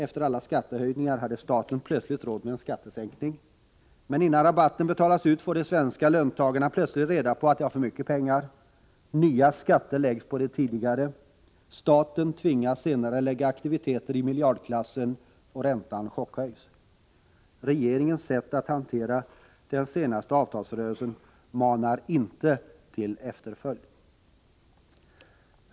Efter alla skattehöjningar hade staten plötsligt råd med en skattesänkning, men innan rabatten betalas ut får de svenska löntagarna plötsligt reda på att de har för mycket pengar. Nya skatter läggs på de tidigare. Staten tvingas senarelägga aktiviteter i miljardklassen, och räntan chockhöjs. Regeringens sätt att hantera den senaste avtalsrörelsen manar inte till efterföljd.